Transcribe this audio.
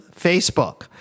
Facebook